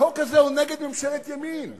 החוק הזה הוא נגד ממשלת ימין,